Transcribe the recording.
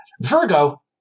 Virgo